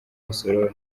rusororo